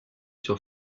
sur